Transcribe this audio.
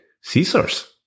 Caesar's